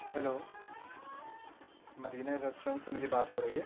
hello Madina restaurant سے میری بات ہو رہی ہے